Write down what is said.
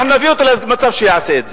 אנחנו נביא אותו למצב שיעשה את זה.